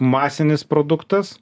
masinis produktas